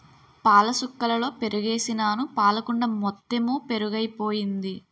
పాలసుక్కలలో పెరుగుసుకేసినాను పాలకుండ మొత్తెము పెరుగైపోయింది